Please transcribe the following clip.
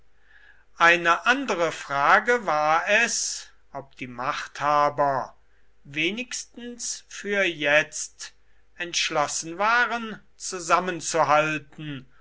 eine andere frage war es ob die machthaber wenigstens für jetzt entschlossen waren zusammenzuhalten